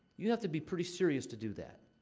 you have to be pretty serious to do that.